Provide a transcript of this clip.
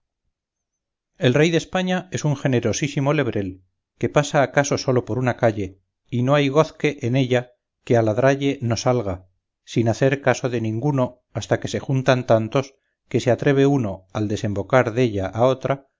el rey de españa es un generosísimo lebrel que pasa acaso solo por una calle y no hay gozque en ella que a ladralle no salga sin hacer caso de ninguno hasta que se juntan tantos que se atreve uno al desembocar della a otra